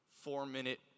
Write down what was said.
four-minute